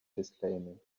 disclaiming